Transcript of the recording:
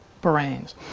Brains